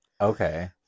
Okay